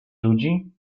ludzi